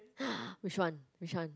which one which one